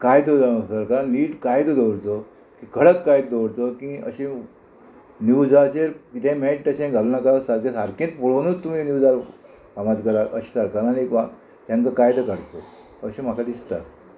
कायदो सरकारान नीट कायदो दवरचो खडक काय दवरचो की अशें न्यूजाचेर कितेंय मेळटा तशें घालनाका सारकें सारकेंच पळोवनूच तुमी न्यूजार फामाद कला अशें सरकारान एक वा तेंका कायदो काडचो अशें म्हाका दिसता